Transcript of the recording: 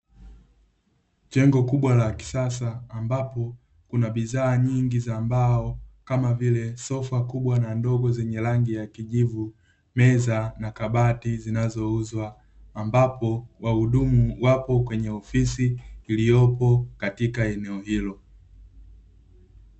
Jengo kubwa la kisasa ambapo, kuna bidhaa nyingi za mbao, kama vile sofa kubwa na ndogo zenye rangi ya kijivu, meza na kabati zinazouzwa. Ambapo wahudumu wapo kwenye ofisi, iliyopo katika eneo hilo.